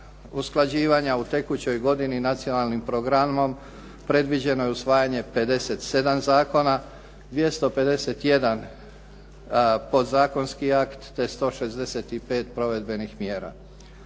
usklađivanja u tekućoj godini nacionalnim programom, predviđeno je usvajanje 57 zakona, 251 podzakonski akt, te 165 provedbenih mjera.